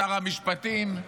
שר המשפטים,